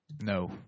no